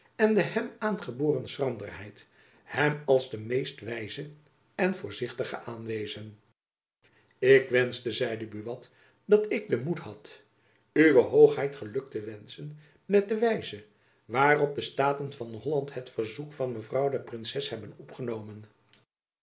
en de hem aangeboren schranderheid hem als de meest wijze en voorzichtige aanwezen ik wenschte zeide buat dat ik den moed had uwe hoogheid geluk te wenschen met de wijze waarop de staten van holland het verzoek van mevrouw de princes hebben opgenomen